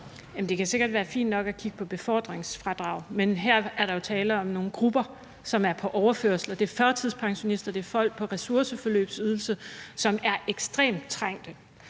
Det kan sikkert være fint nok at kigge på befordringsfradraget, men her er der jo tale om nogle grupper, som er på overførsel, og det er førtidspensionister og det er folk på ressourceforløbsydelse, som er ekstremt trængt,